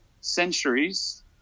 centuries